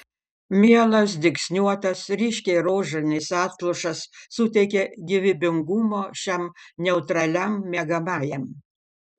mielas dygsniuotas ryškiai rožinis atlošas suteikia gyvybingumo šiam neutraliam miegamajam